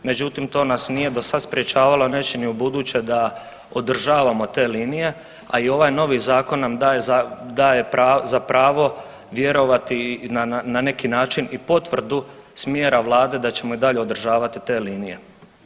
Međutim, to nas nije do sad sprječavalo, a neće ni ubuduće da održavamo te linije, a i ovaj novi zakon nam daje za pravo vjerovati i na neki način i potvrdu smjera Vlade da ćemo i dalje održavati te linije.